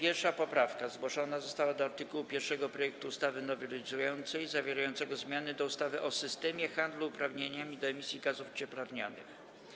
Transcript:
1. poprawka zgłoszona została do art. 1 projektu ustawy nowelizującej zawierającego zmiany do ustawy o systemie handlu uprawnieniami do emisji gazów cieplarnianych.